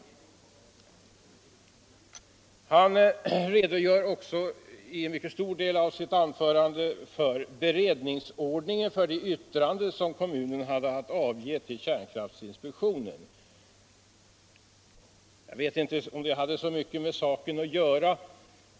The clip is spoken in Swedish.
Herr Hjorth redogjorde i mycket stor del av sitt anförande för beredningsordningen när det gäller det yttrande som kommunen hade att avge till kärnkraftinspektionen. Jag vet inte om den beredningsordningen hade så mycket med saken att göra.